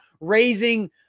raising